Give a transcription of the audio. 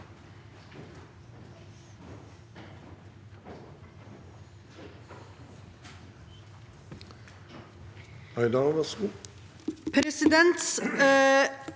Presidenten